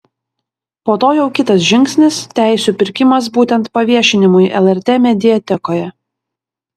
po to jau kitas žingsnis teisių pirkimas būtent paviešinimui lrt mediatekoje